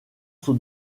sont